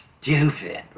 stupid